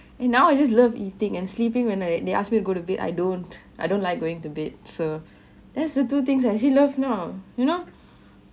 and now I just love eating and sleeping when I they ask me to go to bed I don't I don't like going to bed so that's the two things I actually love now you know